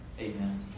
Amen